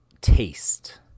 taste